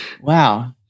Wow